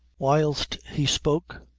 whilst he spoke,